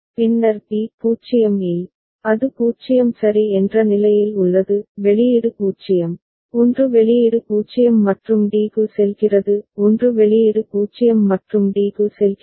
பின்னர் b 0 இல் அது 0 சரி என்ற நிலையில் உள்ளது வெளியீடு 0 1 வெளியீடு 0 மற்றும் d க்கு செல்கிறது 1 வெளியீடு 0 மற்றும் d க்கு செல்கிறது